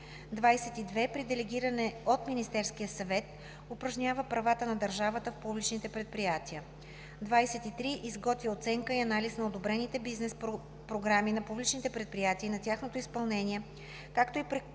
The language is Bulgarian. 22. при делегиране от Министерския съвет упражнява правата на държавата в публични предприятия; 23. изготвя оценка и анализ на одобрените бизнес програми на публичните предприятия и на тяхното изпълнение, както и препоръки